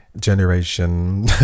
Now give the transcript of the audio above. generation